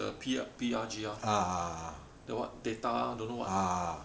the P~ P_R_G_R the what data don't know what